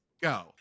go